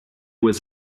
was